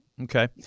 Okay